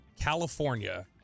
California